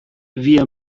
wir